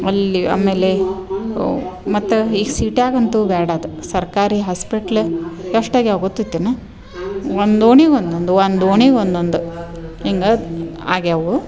ಅಲ್ಲಿ ಆಮೇಲೆ ಮತ್ತೆ ಈ ಸಿಟಿಯಾಗೆ ಅಂತು ಬ್ಯಾಡದು ಸರ್ಕಾರಿ ಹಾಸ್ಪೆಟ್ಲ ಎಷ್ಟು ಆಗ್ಯಾವೆ ಗೊತ್ತಿತ್ತೇನು ಒಂದು ಓಣಿಗೆ ಒಂದೊಂದು ಒಂದು ಓಣಿಗೆ ಒಂದೊಂದು ಹಿಂಗೆ ಆತು ಆಗ್ಯಾವೆ